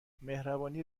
مهربانی